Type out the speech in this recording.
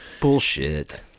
Bullshit